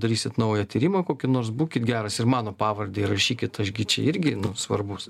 darysit naują tyrimą kokį nors būkit geras ir mano pavardę įrašykit aš gi čia irgi svarbus